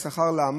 יש שכר לעמל,